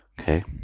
okay